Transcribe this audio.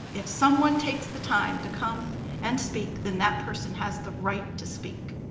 if someone takes the time to come and speak then that person has the right to speak.